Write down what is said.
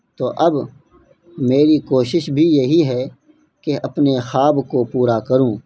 تو اب میری کوشش بھی یہی ہے کہ اپنے خواب کو پورا کروں